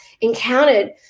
encountered